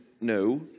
no